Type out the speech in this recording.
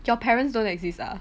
your parents don't exist ah